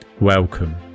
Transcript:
Welcome